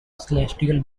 celestial